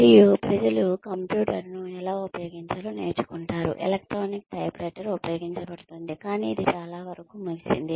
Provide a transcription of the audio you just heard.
మరియు ప్రజలు కంప్యూటర్ను ఎలా ఉపయోగించాలో నేర్చుకుంటున్నారు ఎలక్ట్రానిక్ టైప్రైటర్ ఉపయోగించబడుతుంది కానీ ఇది చాలా వరకు ముగిసింది